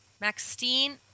Maxine